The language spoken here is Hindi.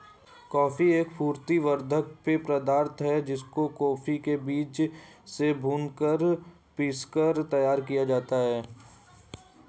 कॉफी एक स्फूर्ति वर्धक पेय पदार्थ है जिसे कॉफी के बीजों से भूनकर पीसकर तैयार किया जाता है